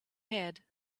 head